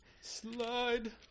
Slide